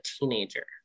teenager